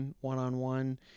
one-on-one